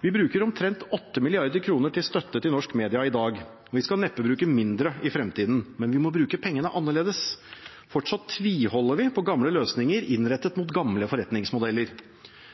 Vi bruker omtrent 8 mrd. kr i støtte til norske medier i dag. Vi skal neppe bruke mindre i fremtiden. Men vi må bruke pengene annerledes. Fortsatt tviholder vi på gamle løsninger innrettet mot gamle forretningsmodeller.